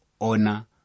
Honor